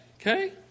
Okay